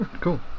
cool